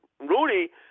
Rudy